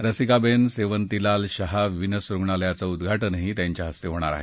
Rasikaben Sevantilal Shah Venus रुगणालयाचं उद्वाटनही त्यांच्या हस्ते होणार आहे